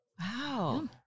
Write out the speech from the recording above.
Wow